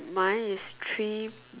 mine is three